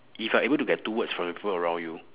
if you are able to get two words from the people around you